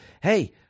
hey